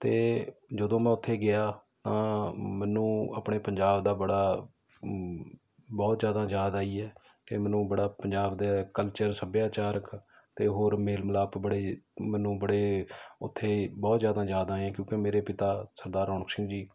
ਅਤੇ ਜਦੋਂ ਮੈਂ ਉੱਥੇ ਗਿਆ ਤਾਂ ਮੈਨੂੰ ਆਪਣੇ ਪੰਜਾਬ ਦਾ ਬੜਾ ਬਹੁਤ ਜ਼ਿਆਦਾ ਯਾਦ ਆਈ ਹੈ ਅਤੇ ਮੈਨੂੰ ਬੜਾ ਪੰਜਾਬ ਦੇ ਕਲਚਰ ਸੱਭਿਆਚਾਰਕ ਅਤੇ ਹੋਰ ਮੇਲ ਮਿਲਾਪ ਬੜੇ ਮੈਨੂੰ ਬੜੇ ਉੱਥੇ ਬਹੁਤ ਜ਼ਿਆਦਾ ਯਾਦ ਆਏ ਕਿਉਂਕਿ ਮੇਰੇ ਪਿਤਾ ਸਰਦਾਰ ਰੌਣਕ ਸਿੰਘ ਜੀ